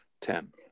Ten